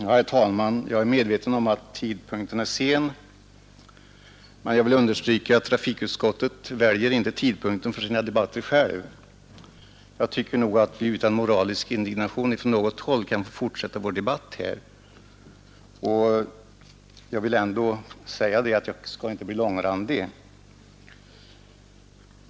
Herr talman! Jag är medveten om att timmen är sen. Jag vill dock understryka att trafikutskottet självt inte väljer tidpunkten för behandlingen i kammaren av sina ärenden, och jag tycker nog att vi utan moralisk indignation från något håll kan få fortsätta vår debatt här. Jag skall emellertid inte bli långrandig.